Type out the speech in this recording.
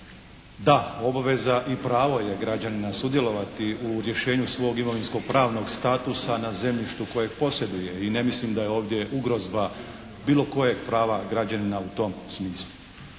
Da, obaveza i pravo je građanina sudjelovati u rješenju svog imovinsko-pravnog statusa na zemljištu kojeg posjeduje. I ne mislim da je ovdje ugrozba bilo kojeg prava građanina u tom smislu.